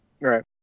Right